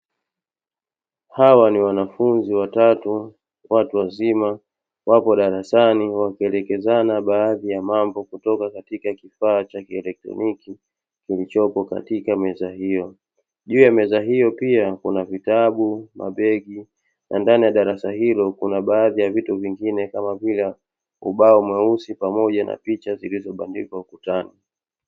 Hawa ni wanafunzi watatu, watu wazima, wapo darasani wakielekezana baadhi ya mambo kutoka katika kifaa cha kielektroniki kilichopo katika meza hiyo. Juu ya meza hiyo pia kuna vitabu, mabegi, na ndani ya darasa hilo kuna baadhi ya vitu vingine kama ubao mweusi pamoja na picha zilizobandikwa ukutani.